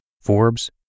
Forbes